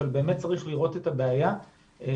אבל באמת צריך לראות את הבעיה כבעיה